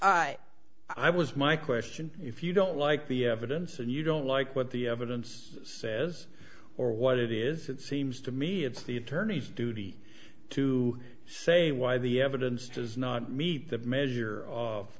it i was my question if you don't like the evidence and you don't like what the evidence says or what it is it seems to me it's the attorney's duty to say why the evidence does not meet the measure of